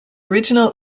original